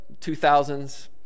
2000s